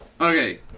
Okay